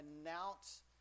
announce